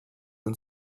and